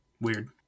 weird